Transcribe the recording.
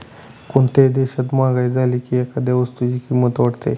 कोणत्याही देशात महागाई झाली की एखाद्या वस्तूची किंमत वाढते